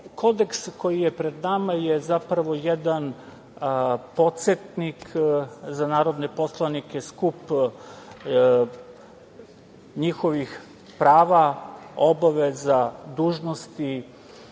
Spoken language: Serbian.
koji je pred nama je zapravo jedan podsetnik za narodne poslanike, skup njihovih prava, obaveza i dužnosti,